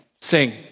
sing